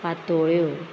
पातोळ्यो